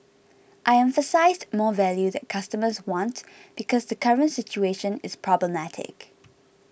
I emphasised more value that customers want because the current situation is problematic